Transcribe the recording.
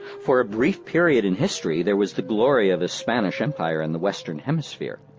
for a brief period in history, there was the glory of a spanish empire in the western hemisphere.